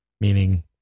meaning